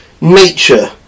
nature